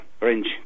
range